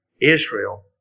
Israel